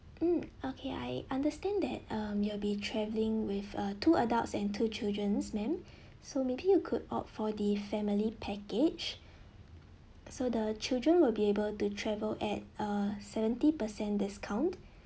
mm okay I understand that um you'll be travelling with uh two adults and two childrens ma'am so maybe you could opt for the family package so the children will be able to travel at uh seventy percent discount